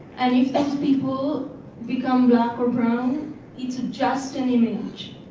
and if those people become black or brown it's just an image.